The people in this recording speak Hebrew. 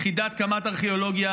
יחידת קמ"ט ארכיאולוגיה,